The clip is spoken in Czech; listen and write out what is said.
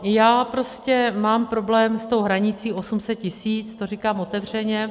Já prostě mám problém s tou hranicí 800 tisíc, to říkám otevřeně.